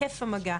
היקף המגע,